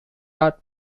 rat